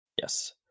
Yes